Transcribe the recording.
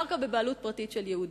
קרקע בבעלות פרטית של יהודי.